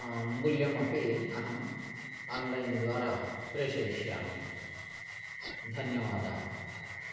मुल्यमपि अहम् आन्लैन् द्वारा प्रेषयिष्यामि धन्यवादाः